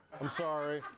i'm sorry.